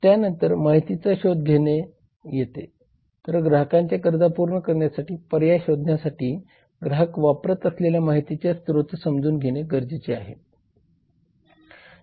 त्यानंतर माहितीचा शोध घेणे येते तर ग्राहकांच्या गरजा पूर्ण करण्यासाठी पर्याय शोधण्यासाठी ग्राहक वापरत असलेल्या माहितीचे स्त्रोत समजून घेणे गरजेचे आहे